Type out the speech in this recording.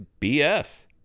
BS